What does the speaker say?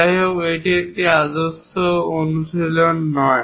যাইহোক এটি একটি আদর্শ অনুশীলন নয়